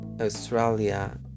Australia